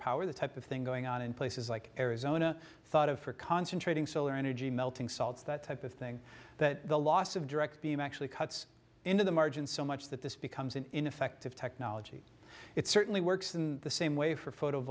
power the type of thing going on in places like arizona thought of for concentrating solar energy melting salts that type of thing that the loss of direct beam actually cuts into the margin so much that this becomes an ineffective technology it certainly works in the same way for photo